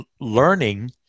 learning